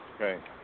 Okay